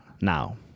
now